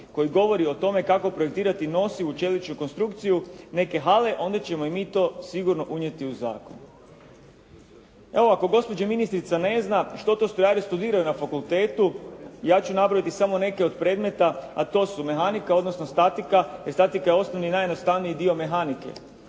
koji govori o tome kako projektirati nosivu čeličnu konstrukciju neke hale onda ćemo i mi to sigurno unijeti u zakon." Evo, ako gospođa ministrica ne zna što to strojari studiraju na fakultetu ja ću nabrojiti samo neke od predmeta a to su mehanika odnosno statika. Statika je osnovni i najjednostavniji dio mehanike.